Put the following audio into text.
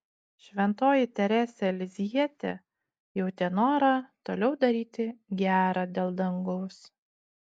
šventoji teresė lizjietė jautė norą toliau daryti gera dėl dangaus